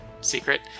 secret